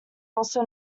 also